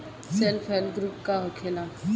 Self help group का होखेला?